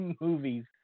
movies